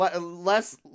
Less